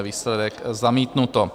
Výsledek: zamítnuto.